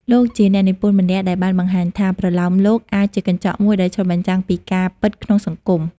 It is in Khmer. លោកជាអ្នកនិពន្ធម្នាក់ដែលបានបង្ហាញថា ប្រលោមលោកអាចជាកញ្ចក់មួយដែលឆ្លុះបញ្ចាំងពីការពិតក្នុងសង្គម។